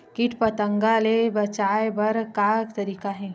कीट पंतगा ले बचाय बर का तरीका हे?